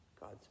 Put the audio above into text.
God's